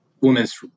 women's